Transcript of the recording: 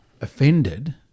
offended